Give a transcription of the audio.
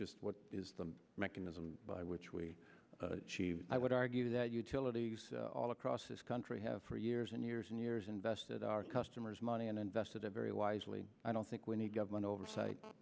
just what is the mechanism by which we i would argue that utility use all across this country have for years and years and years invested our customers money and invested a very wisely i don't think we need government oversight